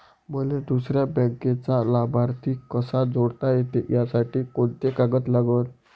मले दुसऱ्या बँकेचा लाभार्थी कसा जोडता येते, त्यासाठी कोंते कागद लागन?